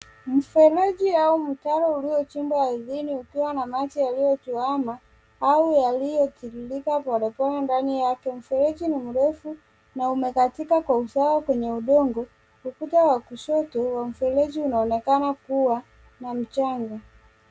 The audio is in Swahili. Mfereji au mtaro uliochimbwa ardhini ukiwa na maji yaliyotuama au yaliyo kilika polepole ndani yake. Mfereji mrefu na umekatika kwa usawa kwenye udongo, ukuta wa kushoto wa mfereji unaonekana kua na mchanga.